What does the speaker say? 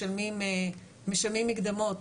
משלמים מקדמות.